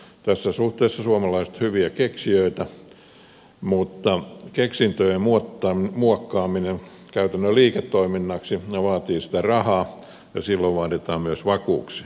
tässä suhteessa suomalaiset ovat hyviä keksijöitä mutta keksintöjen muokkaaminen käytännön liiketoiminnaksi vaatii sitä rahaa ja silloin vaaditaan myös vakuuksia